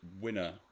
winner